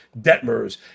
Detmers